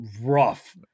rough